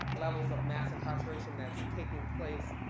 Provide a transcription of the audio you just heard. levels of mass incarceration that's taking place